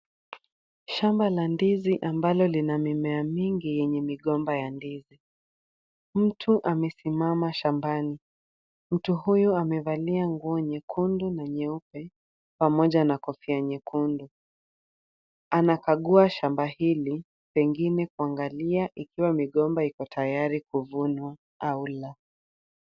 Shamba la ndizi ambalo lina mimea nyingi yenye migomba ya ndizi. Mtu amesimama shambani. Mtu huyu amevalia nguo nyekundu na nyeupe, pamoja na kofia nyekundu. Anakagua shamba hili pengine kuangalia ikiwa migomba iko tayari kuvunwa au la.